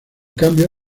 cambio